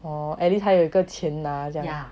oh at least 还有一个钱拿这样